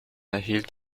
erhielt